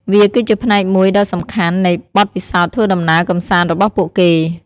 វាគឺជាផ្នែកមួយដ៏សំខាន់នៃបទពិសោធន៍ធ្វើដំណើរកម្សាន្តរបស់ពួកគេ។